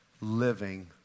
living